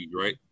right